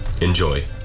Enjoy